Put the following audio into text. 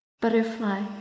butterfly